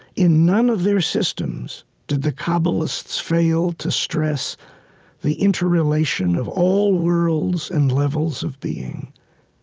in none of their systems did the kabbalists fail to stress the interrelation of all worlds and levels of being.